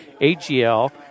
AGL